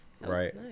right